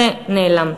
זה נעלם.